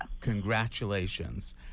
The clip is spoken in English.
Congratulations